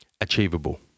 Achievable